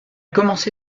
commencé